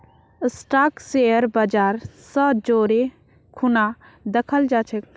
stock share बाजर स जोरे खूना दखाल जा छेक